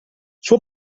suo